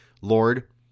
Lord